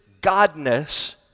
Godness